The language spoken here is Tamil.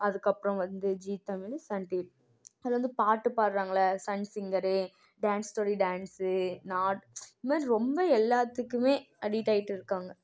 அதுக்கப்புறம் வந்து ஜீ தமிழ் சன் டீவி அது வந்து பாட்டு பாடுகிறாங்கள Sun singer dance Jodi dance இதை மாதிரி ரொம்ப எல்லாற்றுக்குமே அடிட் ஆகிட்டுருக்காங்க